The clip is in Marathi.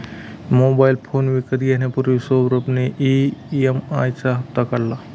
मोबाइल फोन विकत घेण्यापूर्वी सौरभ ने ई.एम.आई चा हप्ता काढला